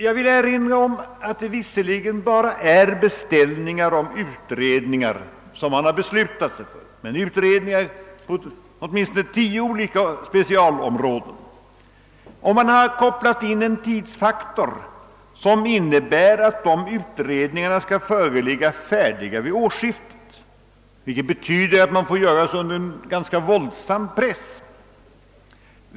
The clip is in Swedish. Jag vill erinra om att det visserligen bara är beställningar och utredningar som man har beslutat sig för, men det är utredningar på åtminstone tio olika specialområden. Man har vidare kopplat in en tidsfaktor som innebär att utredningarna skall vara färdiga vid årsskiftet, vilket betyder att de får göras under en våldsam press.